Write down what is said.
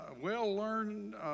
well-learned